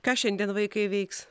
ką šiandien vaikai veiks